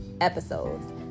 episodes